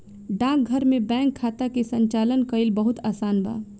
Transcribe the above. डाकघर में बैंक खाता के संचालन कईल बहुत आसान बा